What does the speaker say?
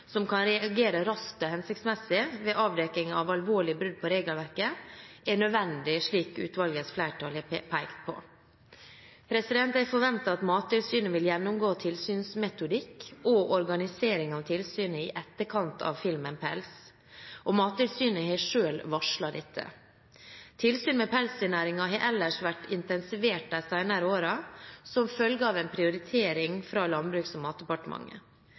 som kan reagere raskt og hensiktsmessig ved avdekking av alvorlige brudd på regelverket, er nødvendig, slik utvalgets flertall har pekt på. Jeg forventer at Mattilsynet vil gjennomgå tilsynsmetodikk og organisering av tilsyn i etterkant av filmen «Pels», og Mattilsynet har selv varslet dette. Tilsyn med pelsdyrnæringen har ellers vært intensivert de senere årene som følge av en prioritering fra Landbruks- og matdepartementet.